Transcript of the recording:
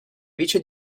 vice